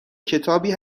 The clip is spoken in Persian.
کتابی